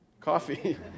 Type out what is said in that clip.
Coffee